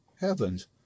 heavens